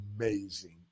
amazing